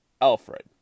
Alfred